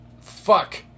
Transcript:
Fuck